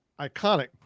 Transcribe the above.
iconic